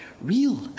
real